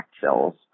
cells